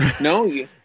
No